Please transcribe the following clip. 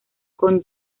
con